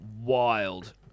wild